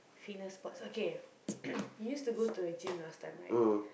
fitness sports okay you used to go to the gym last time right